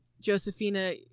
Josephina